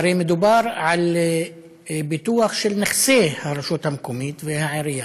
והרי מדובר על ביטוח של נכסי הרשות המקומית והעירייה,